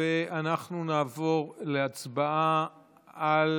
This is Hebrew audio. ואנחנו נעבור להצבעה על